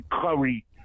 Curry